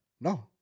No